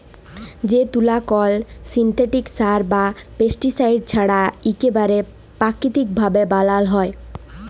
যে তুলা কল সিল্থেটিক সার বা পেস্টিসাইড ছাড়া ইকবারে পাকিতিক ভাবে বালাল হ্যয়